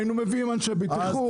היינו מביאים אנשי בטיחות.